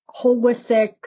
holistic